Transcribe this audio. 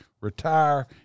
retire